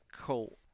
Cool